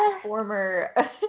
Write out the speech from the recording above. former